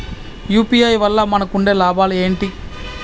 UPI వల్ల మనకు ఉండే లాభాలు ఏంటి?